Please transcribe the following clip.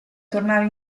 tornare